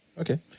Okay